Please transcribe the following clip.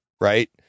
right